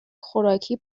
خوراکی